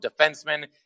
defenseman